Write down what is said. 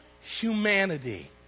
humanity